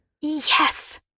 Yes